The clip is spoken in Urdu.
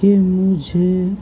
کہ مجھے